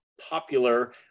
popular